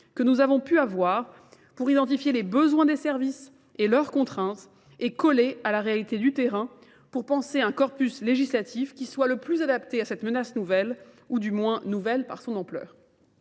que nous avons pu avoir pour identifier les besoins des services et leurs contraintes et coller à la réalité du terrain pour penser un corpus législatif qui soit le plus adapté à cette menace nouvelle ou du moins nouvelle par son ampleur.